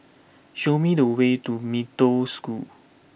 show me the way to Mee Toh School